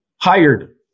Hired